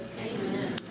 Amen